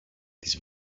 της